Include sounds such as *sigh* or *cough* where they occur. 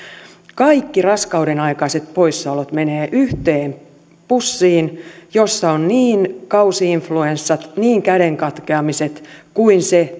kaikki raskaudenaikaiset poissaolot menevät yhteen pussiin jossa on niin kausi influenssat niin käden katkeamiset kuin se *unintelligible*